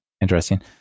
Interesting